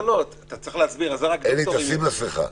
אלי, תשים מסכה.